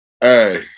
Hey